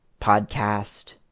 podcast